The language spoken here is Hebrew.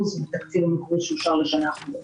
מן התקציב המקורי שאושר לשנה החולפת.